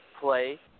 play